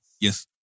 Yes